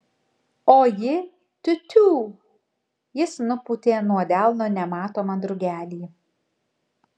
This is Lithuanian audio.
o ji tiu tiū jis nupūtė nuo delno nematomą drugelį